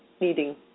needing